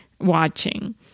watching